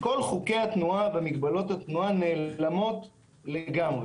כל חוקי התנועה ומגבלות התנועה נעלמות לגמרי.